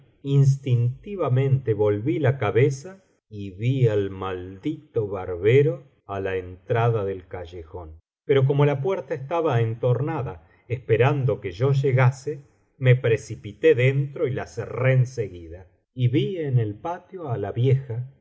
instintivamente volví la cabeza y vi al maldito barbero á la entrada del callejón pero como la puerta estaba entornada esperando que yo llegase me precipité dentro y la cerré en seguida biblioteca valenciana generalitat valenciana las mil noches y una noche y vi en el patio á la vieja